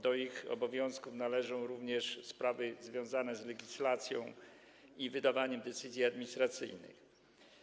Do ich obowiązków należą również sprawy związane z legislacją i wydawaniem decyzji administracyjnych.